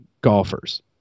golfers